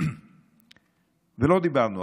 ולא דיברנו,